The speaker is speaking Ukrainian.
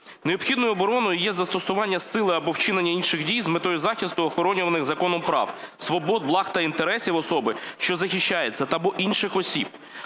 Необхідною обороною є застосування сили або вчинення інших дій з метою захисту охоронюваних законом прав, свобод, благ або інтересів особи, що захищається або інших осіб,